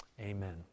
amen